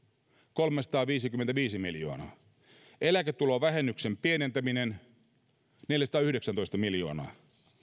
kolmesataaviisikymmentäviisi miljoonaa seitsemän eläketulovähennyksen pienentäminen neljäsataayhdeksäntoista miljoonaa